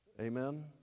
amen